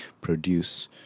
produce